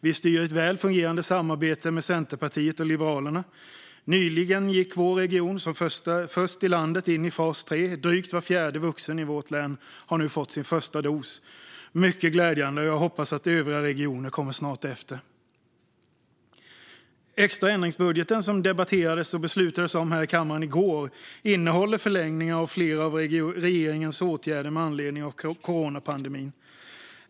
Vi styr i ett välfungerande samarbete med Centerpartiet och Liberalerna. Nyligen gick vår region som första region i landet in i fas 3, och drygt vart fjärde vuxen i vårt län har nu fått sin första dos. Det är mycket glädjande, och jag hoppas att övriga regioner snart följer efter. Den extra ändringsbudget som vi debatterade och beslutade om här i kammaren i går innehåller förlängningar av flera av regeringens åtgärder med anledning av coronapandemin.